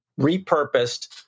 repurposed